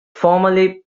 formerly